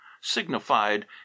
signified